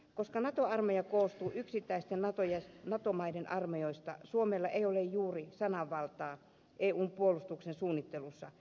koska naton armeija koostuu yksittäisten nato maiden armeijoista suomella ei ole juuri sananvaltaa eun puolustuksen suunnittelussa